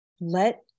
let